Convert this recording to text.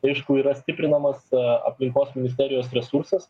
aišku yra stiprinamas aplinkos ministerijos resursas